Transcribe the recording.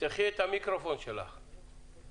אני כאן בייפוי כוח מהחברה בריטיש איירוויז.